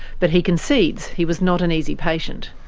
but he concedes he was not an easy patient.